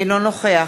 אינו נוכח